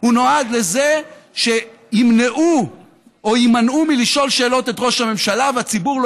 הוא נועד לזה שימנעו או יימַנעו מלשאול שאלות את ראש הממשלה ולא